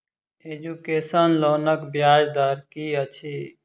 Education लोनक ब्याज दर की अछि?